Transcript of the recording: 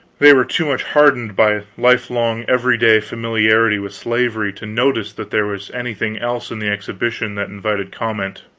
they were too much hardened by lifelong everyday familiarity with slavery to notice that there was anything else in the exhibition that invited comment.